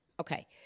Okay